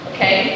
Okay